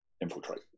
infiltrate